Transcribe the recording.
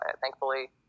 Thankfully